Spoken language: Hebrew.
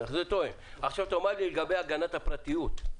עכשיו תאמר לי לגבי הפגיעה בפרטיות,